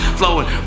flowing